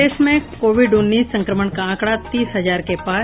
प्रदेश में कोविड उन्नीस संक्रमण का आंकड़ा तीस हजार के पार